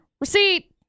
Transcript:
receipt